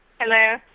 hello